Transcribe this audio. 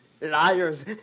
Liars